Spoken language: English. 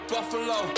Buffalo